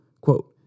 Quote